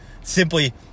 Simply